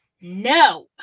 No